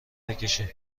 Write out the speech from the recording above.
نکشین